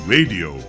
Radio